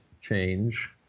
change